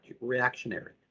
reactionary